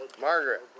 Margaret